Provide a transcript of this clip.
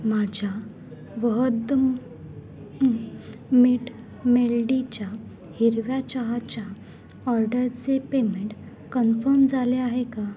माझ्या वहद्दम मिट मेल्डीच्या हिरव्या चहाच्या ऑर्डरचे पेमेंट कन्फम झाले आहे का